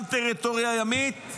גם טריטוריה ימית,